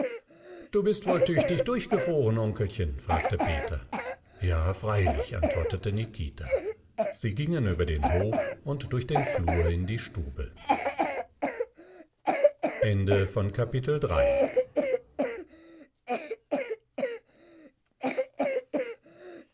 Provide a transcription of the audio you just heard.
du bist wohl tüchtig durchgefroren onkelchen fragte peter ja freilich antwortete nikita sie gingen über den hof und durch den flur in die stube